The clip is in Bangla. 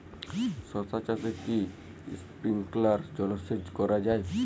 শশা চাষে কি স্প্রিঙ্কলার জলসেচ করা যায়?